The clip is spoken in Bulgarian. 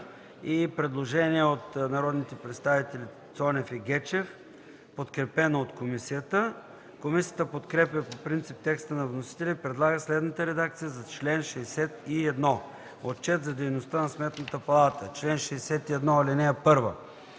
Предложение от народните представители Цонев и Гечев, подкрепено от комисията. Комисията подкрепя по принцип текста на вносителя и предлага следната редакция за чл. 61: „Отчет за дейността на Сметната палата Чл. 61 (1)